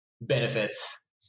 benefits